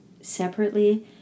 separately